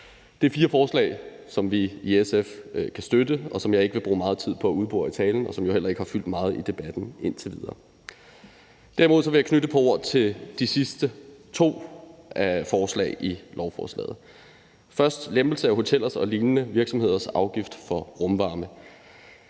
Det er fire forslag, som vi i SF kan støtte, og som jeg ikke vil bruge meget tid på at udbore i talen, og som jo heller ikke har fyldt meget i debatten indtil videre. Derimod vil jeg knytte et par ord til de sidste to forslag i lovforslaget. Først er der det med en lempelse af hotellers og lignende virksomheders afgift for rumvarme.